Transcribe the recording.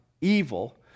evil